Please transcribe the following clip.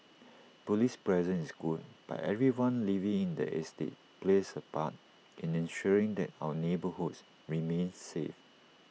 Police presence is good but everyone living in the estate plays A part in ensuring that our neighbourhoods remain safe